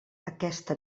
aquesta